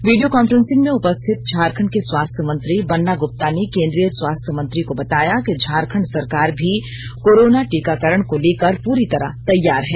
video conferencing में उपस्थित झारखंड के स्वास्थ्य मंत्री बन्ना ग्रप्ता ने केंद्रीय स्वास्थ्य मंत्री को बताया कि झारखंड सरकार भी कोरोना टीकाकरण को लेकर पूरी तरह तैयार है